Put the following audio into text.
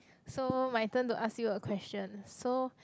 so my turn to ask you a question so